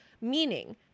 meaning